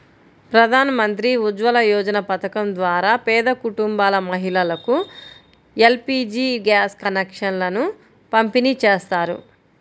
ప్రధాన్ మంత్రి ఉజ్వల యోజన పథకం ద్వారా పేద కుటుంబాల మహిళలకు ఎల్.పీ.జీ గ్యాస్ కనెక్షన్లను పంపిణీ చేస్తారు